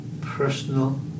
personal